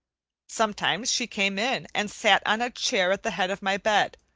sometimes she came in and sat on a chair at the head of my bed,